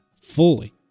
fully